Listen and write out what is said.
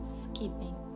skipping